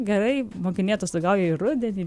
gerai mokiniai atostogauja ir rudenį